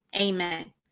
Amen